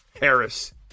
Harris